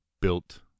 built